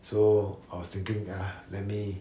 so I was thinking ah let me